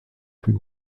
plus